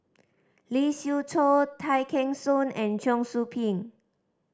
Lee Siew Choh Tay Kheng Soon and Cheong Soo Pieng